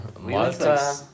Malta